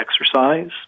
exercise